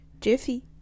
jiffy